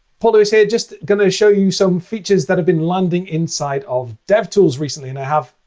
paul lewis here. just going to show you some features that have been landing inside of devtools recently. and i have,